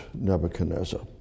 Nebuchadnezzar